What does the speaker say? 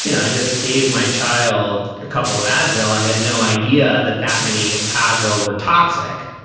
you know i just gave my child a couple of advil, i had no idea that that many advil were toxic.